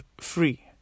free